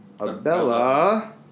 Abella